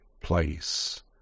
place